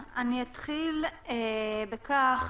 אתחיל בכך